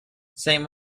same